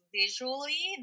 visually